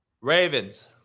Ravens